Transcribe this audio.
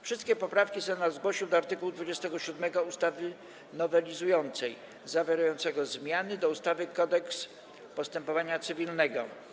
Wszystkie poprawki Senat zgłosił do art. 27 ustawy nowelizującej zawierającego zmiany do ustawy Kodeks postępowania cywilnego.